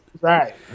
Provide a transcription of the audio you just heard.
right